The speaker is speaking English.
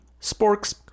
Sporks